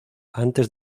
antes